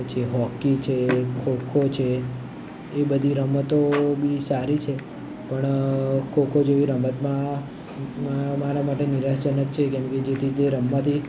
પછી હોકી છે ખોખો છે એ બધી રમતો બી સારી છે પણ ખોખો જેવી રમતમાં મારા માટે નિરાશાજનક છે જેમ કે જેથી તે રમવાથી